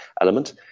element